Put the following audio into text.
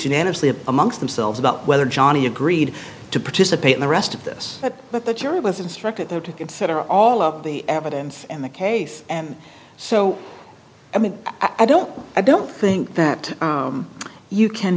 unanimously amongst themselves about whether johnnie agreed to participate in the rest of this but the jury was instructed to consider all of the evidence in the case and so i mean i don't i don't think that you can